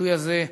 הביטוי הזה,